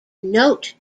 note